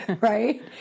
right